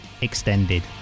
extended